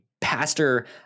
pastor